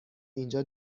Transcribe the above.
اینجا